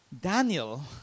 Daniel